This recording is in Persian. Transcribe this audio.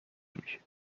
میشه